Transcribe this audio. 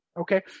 Okay